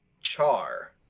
Char